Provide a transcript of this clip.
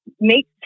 make